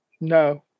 No